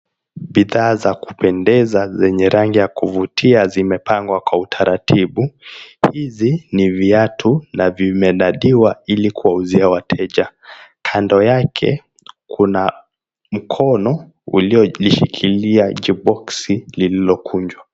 Bidhaa za kupendeza zenye rangi ya kuvutia zimepangwa kwa utaratibu. Hizi ni viatu na vimenadiwa ili kuwauzia wateja. Kando yake kuna mkono uliolishikilia jiboksi lililokunjwa.